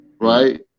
right